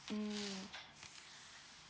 mm